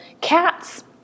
cats